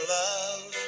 love